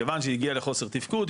כיוון שהיא הגיעה לחוסר תפקוד,